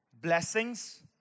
blessings